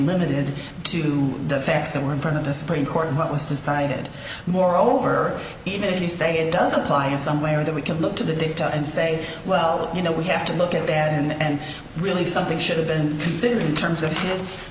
limited to the facts that were in front of the supreme court and what was decided moreover if you say it doesn't apply in some way or that we can look to the data and say well you know we have to look at that and really something should have been considered in terms of thi